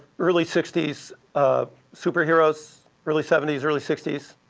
early sixty s um superheroes, early seventy s, early sixty s,